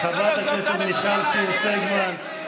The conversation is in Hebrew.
חברת הכנסת מיכל שיר סגמן,